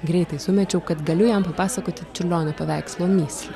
greitai sumečiau kad galiu jam pasakoti čiurlionio paveikslo mislę